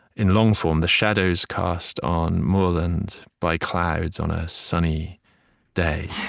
in long form, the shadows cast on moorland by clouds on a sunny day.